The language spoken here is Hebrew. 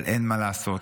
אבל אין מה לעשות,